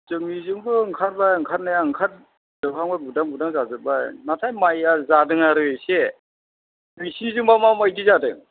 जोंनिजोंबो ओंखारबाय ओंखारनाया ओंखार जोबहांबाय बुदां बुदां जाजोबबाय नाथाय माइया जादों आरो एसे नोंसिनिजोंबा माबायदि जादों